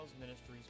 Ministries